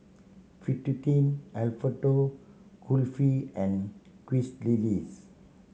king Alfredo Kulfi and Quesadillas